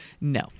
no